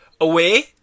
away